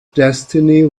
destiny